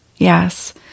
Yes